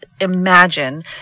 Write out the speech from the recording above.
imagine